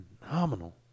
Phenomenal